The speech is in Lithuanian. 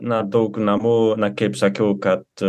na daug namų na kaip sakiau kad